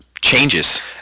changes